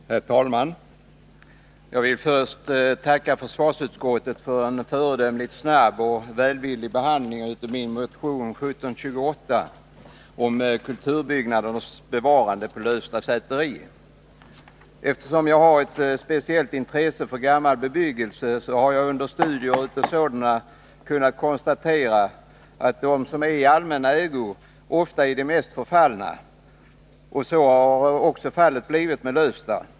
Herr talman! Jag vill först tacka försvarsutskottet för en föredömligt snabb och välvillig behandling av min motion 1728 om kulturbyggnadernas bevarande på Lövsta säteri. Eftersom jag har ett speciellt intresse för gammal bebyggelse, har jag under studier av sådan kunnat konstatera att de som är i allmän ägo ofta är mest förfallna. Så har också blivit fallet med Lövsta.